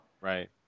Right